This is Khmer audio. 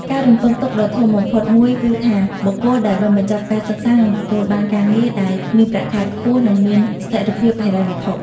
ការរំពឹងទុកដ៏ធំបំផុតមួយគឺថា បុគ្គលដែលបានបញ្ចប់ការសិក្សានឹងទទួលបានការងារដែលមានប្រាក់ខែខ្ពស់ និងមានស្ថិរភាពហិរញ្ញវត្ថុ។